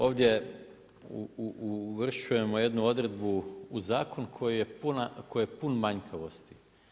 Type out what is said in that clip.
Ovdje uvršujemo jednu odredbu u zakon koji je pun manjkavosti.